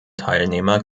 teilnehmer